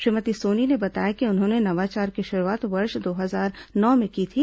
श्रीमती सोनी ने बताया कि उन्होंने नवाचार की शुरूआत वर्ष दो हजार नौ में की थी